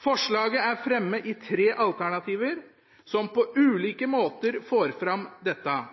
Forslaget er fremmet i tre alternativer som på ulike måter får fram dette.